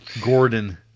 Gordon